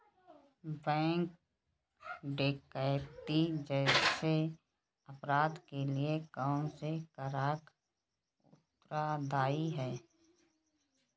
Bank डकैती जैसे अपराध के लिए कौन से कारक उत्तरदाई हैं?